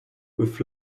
with